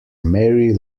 mary